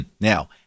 Now